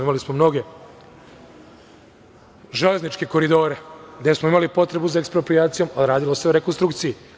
Imali smo mnoge železničke koridore gde smo imali potrebu za eksproprijacijom, a radilo se o rekonstrukciji.